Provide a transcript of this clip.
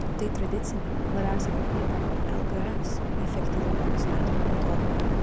tai tradiciniai labiausiai paplitę lgs efektyvumo nustatymo metodai